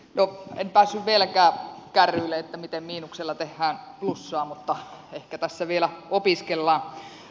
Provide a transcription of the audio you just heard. no en päässyt vieläkään kärryille miten miinuksella tehdään plussaa mutta ehkä tässä vielä opiskellaan